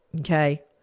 okay